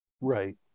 Right